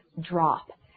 drop